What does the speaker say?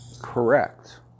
correct